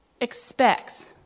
expects